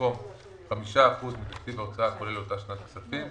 במקום "5% מתקציב ההוצאה הכולל לאותה שנת כספים"